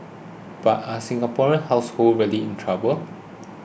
but are Singaporean households really in trouble